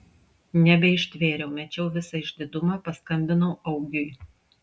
nebeištvėriau mečiau visą išdidumą paskambinau augiui